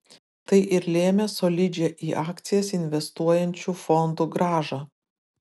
tai ir lėmė solidžią į akcijas investuojančių fondų grąžą